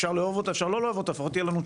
אפשר לאהוב או לא לאהוב אבל תהיה תשובה.